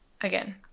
again